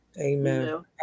Amen